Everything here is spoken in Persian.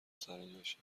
سرجاشه